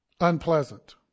unpleasant